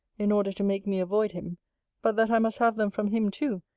in order to make me avoid him but that i must have them from him too,